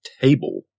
table